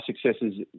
successes